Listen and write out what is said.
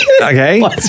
Okay